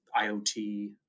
IoT